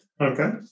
Okay